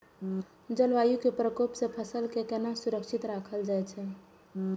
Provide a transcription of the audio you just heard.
जलवायु के प्रकोप से फसल के केना सुरक्षित राखल जाय छै?